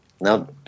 Now